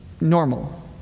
normal